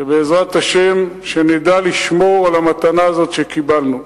ובעזרת השם נדע לשמור על המתנה הזאת שקיבלנו.